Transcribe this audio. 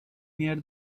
near